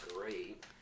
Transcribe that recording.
great